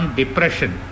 depression